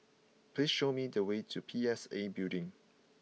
please show me the way to P S A Building